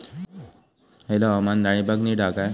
हयला हवामान डाळींबाक नीट हा काय?